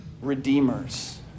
redeemers